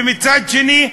ומצד שני,